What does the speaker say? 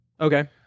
Okay